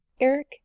Eric